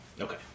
Okay